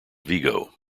vigo